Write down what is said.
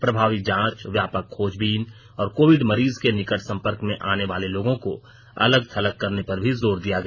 प्रभावी जांच व्यापक खोजबीन और कोविड मरीज के निकट संपर्क में आने वाले लोगों को अलग थलग करने पर भी जोर दिया गया